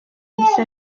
yagize